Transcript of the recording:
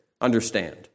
understand